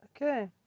Okay